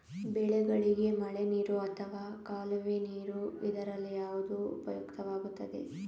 ಬೆಳೆಗಳಿಗೆ ಮಳೆನೀರು ಅಥವಾ ಕಾಲುವೆ ನೀರು ಇದರಲ್ಲಿ ಯಾವುದು ಉಪಯುಕ್ತವಾಗುತ್ತದೆ?